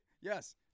Yes